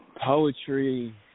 Poetry